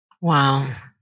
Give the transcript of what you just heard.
Wow